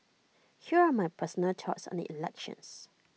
here are my personal thoughts on the elections